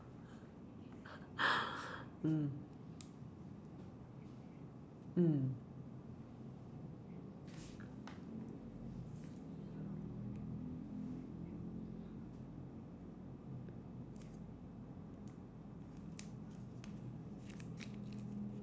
mm mm